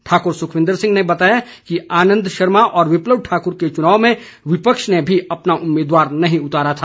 ठाकुर सुखविन्दर सिंह ने बताया कि आनन्द शर्मा व विप्लव ठाकुर के चुनाव में विपक्ष ने भी अपना उम्मीदवार नहीं उतारा था